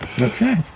Okay